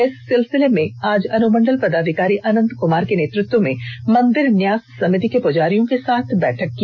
इस सिलसिले में आज अनुमंडल पदाधिकारी अनंत कुमार के नेतृत्व में मंदिर न्यास समिति के पुजारियों के साथ बैठक की